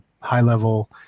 high-level